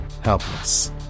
helpless